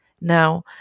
Now